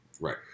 Right